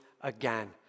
again